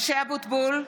משה אבוטבול,